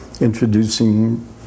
introducing